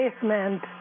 basement